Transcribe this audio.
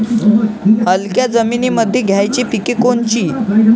हलक्या जमीनीमंदी घ्यायची पिके कोनची?